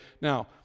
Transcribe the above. Now